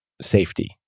safety